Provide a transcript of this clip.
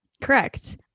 Correct